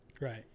Right